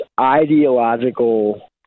ideological